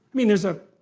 mean there's a